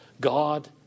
God